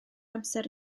amser